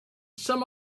some